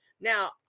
Now